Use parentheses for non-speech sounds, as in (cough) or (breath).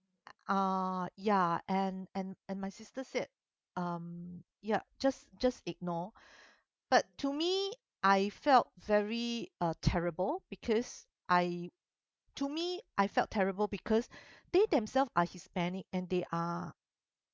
uh ya and and and my sister said um ya just just ignore (breath) but to me I felt very uh terrible because I to me I felt terrible because (breath) they themselves are hispanic and they are